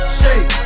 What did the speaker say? shake